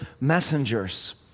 messengers